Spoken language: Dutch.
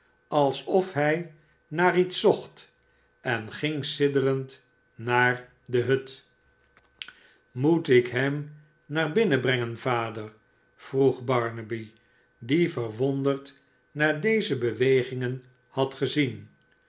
alsof hi naar iets zocht en ging sidderend naar de hut moet ik hem naar binnen brengen vader vroeg barnaby die verwonderd naar deze bewegingen had gezien